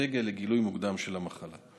כאסטרטגיה לגילוי מוקדם של המחלה.